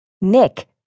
Nick